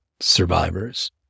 survivors